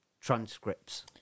transcripts